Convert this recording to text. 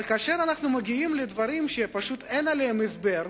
אבל כאשר אנחנו מגיעים לדברים שאין להם הסבר,